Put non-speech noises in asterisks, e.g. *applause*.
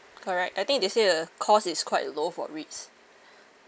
correct I think they say the cost is quite low for risk *breath*